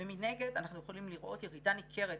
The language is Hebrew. מנגד אנחנו יכולים לראות ירידה ניכרת